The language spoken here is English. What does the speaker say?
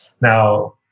Now